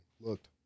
looked